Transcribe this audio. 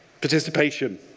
participation